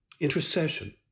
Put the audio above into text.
intercession